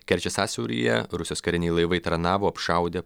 kerčės sąsiauryje rusijos kariniai laivai taranavo apšaudė